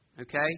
Okay